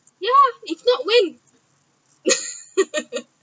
ya if not when